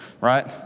right